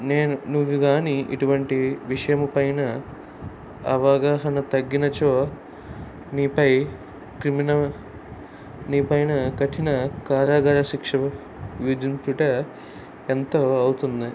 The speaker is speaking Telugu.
నేను నువ్వు కానీ ఇటువంటి విషయం పైన అవగాహన తగ్గినచో నీపై క్రిమినల్ నీపైన కఠిన కారాగార శిక్ష విధించుట ఎంతో అవుతుంది